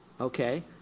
okay